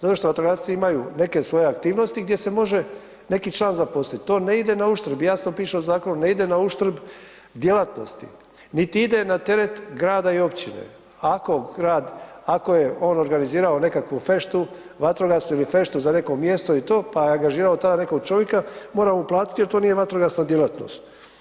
Zato što vatrogasci imaju neke svoje aktivnosti gdje se može neki član zaposliti, to ne ide na uštrb i jasno piše u zakonu ne ide na uštrb djelatnosti, niti ide na teret grada i općine, ako grad, ako je on organizirao nekakvu feštu vatrogasnu ili feštu neko mjesto i to, pa je angažirao tamo nekog čovjeka mora mu platiti jer to nije vatrogasna djelatnost.